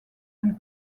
and